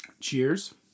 Cheers